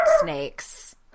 snakes